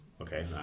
Okay